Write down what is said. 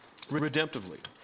redemptively